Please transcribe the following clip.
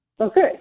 Okay